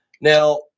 now